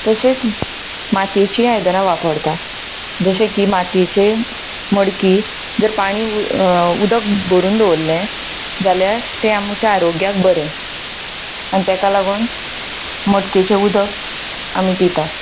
तशींच मातयेचीं आयदनां वापरता जशे की मातयेचे मडकी जर पाणी उदक भरून दवरलें जाल्यार तें आमच्या आरोग्याक बरें आनी ताका लागून मडकेचें उदक आमी पिता